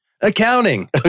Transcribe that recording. Accounting